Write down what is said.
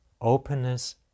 openness